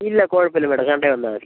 ഇല്ല കുഴപ്പം ഇല്ല മാഡം സൺഡേ വന്നാൽ മതി